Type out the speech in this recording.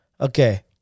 Okay